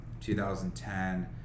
2010